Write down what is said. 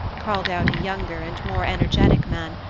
called out a younger and more energetic man,